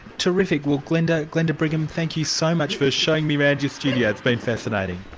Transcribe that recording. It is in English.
terrific. well glenda glenda brigham, thank you so much for showing me round your studio, it's been fascinating.